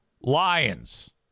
Lions